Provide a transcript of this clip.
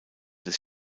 des